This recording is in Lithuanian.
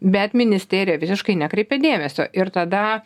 bet ministerija visiškai nekreipė dėmesio ir tada